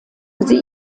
sie